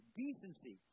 decency